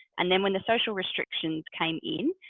and then when the social restrictions came in,